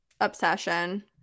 obsession